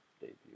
debut